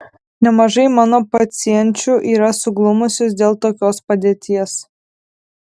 nemažai mano pacienčių yra suglumusios dėl tokios padėties